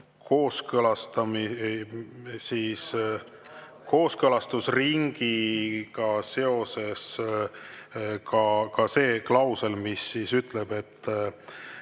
kooskõlastusringiga seoses ka see klausel, mis ütleb, et